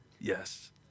Yes